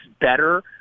better